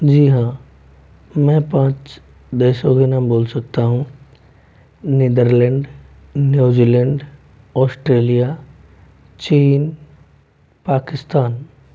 जी हाँ मैं पाँच देशों के नाम बोल सकता हूँ नीदरलैंड न्यू ज़ीलैंड ऑस्ट्रेलिया चीन पाकिस्तान